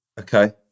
Okay